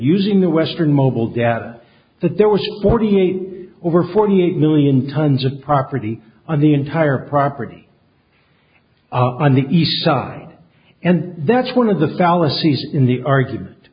using the western mobile data that there was forty eight over forty eight million tons of property on the entire property on the east side and that's one of the fallacies in the argument